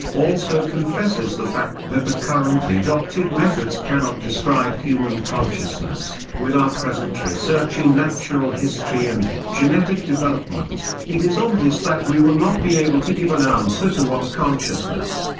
also confesses the fact that the currently adopted methods cannot describe human consciousness with our present research in natural history and genetic development, it is obvious that we will not be able to give an answer to what consciousness,